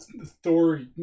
Thor